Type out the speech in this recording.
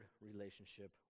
relationship